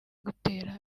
gutera